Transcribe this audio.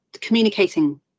communicating